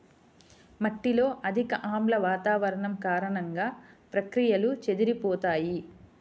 మట్టిలో అధిక ఆమ్ల వాతావరణం కారణంగా, ప్రక్రియలు చెదిరిపోతాయి